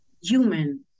human